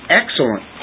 excellent